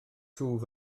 twf